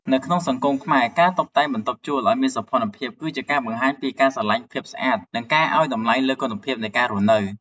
នៅក្នុងសង្គមខ្មែរ ការតុបតែងបន្ទប់ជួលឱ្យមានសោភ័ណភាព គឺជាការបង្ហាញពីការស្រឡាញ់ភាពស្អាត និងការឱ្យតម្លៃលើគុណភាពនៃការរស់នៅ។